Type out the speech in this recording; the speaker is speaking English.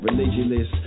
Religious